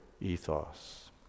ethos